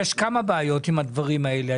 יש כמה בעיות עם הדברים האלה.